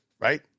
Right